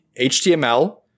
HTML